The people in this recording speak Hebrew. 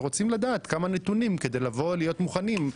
ורוצים לדעת כמה נתונים כדי לבוא להיות מוכנים,